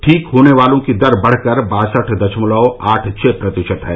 ठीक होने वालों की दर बढकर बासठ दशमलव आठ छह प्रतिशत है